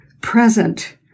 present